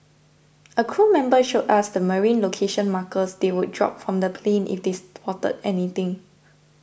a crew member showed us the marine location markers they would drop from the plane if they spotted anything